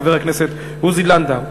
חבר הכנסת עוזי לנדאו,